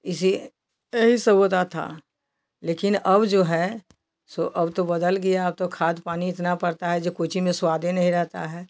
इसी यही सब होता था लेकिन अब जो है सो अब तो बदल गया अब तो खाद पानी इतना पड़ता है जो कोई चीज में स्वाद ही नहीं रहता है